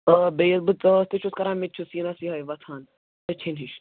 آ بیٚیہِ ییٚلہِ بہٕ ژاس تہِ چھُس کَران مےٚ تہِ چھُ سیٖنَس یہَے وۅتھان تٔچھِن ہِش